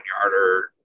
yarder